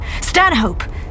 Stanhope